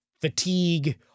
fatigue